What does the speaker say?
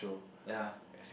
ya